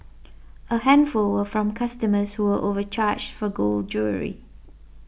a handful were from customers who were overcharged for gold jewellery